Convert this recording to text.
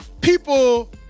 People